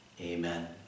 amen